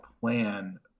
plan